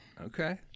Okay